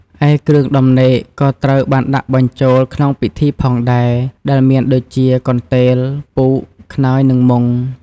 ឯគ្រឿងដំណេកក៏ត្រូវបានដាក់បញ្ចូលក្នុងពិធីផងដែរ ដែលមានដូចជា កន្ទេល ពូក ខ្នើយ និងមុង។